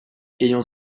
ayant